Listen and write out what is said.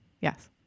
Yes